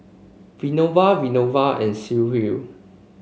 Vinoba Vinoba and Sudhir